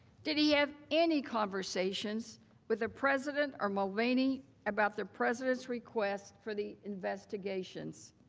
did he have any conversations with the president or mulvaney about the presidents request for the investigation?